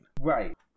Right